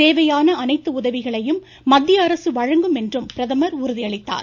தேவையான அனைத்து உதவிகளையும் மத்திய அரசு வழங்கும் என்றும் பிரதமர் உறுதியளித்தார்